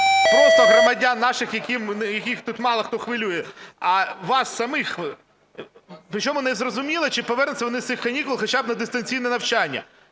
просто громадян наших, яких тут мало хто хвилює, а вас самих. Причому незрозуміло, чи повернуться вони з цих канікул хоча б на дистанційне навчання.